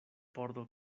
pordo